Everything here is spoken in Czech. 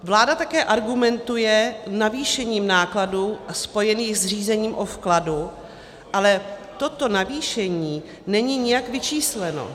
Vláda také argumentuje zvýšením nákladů spojených s řízením o vkladu, ale toto zvýšení není nijak vyčísleno.